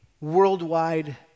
worldwide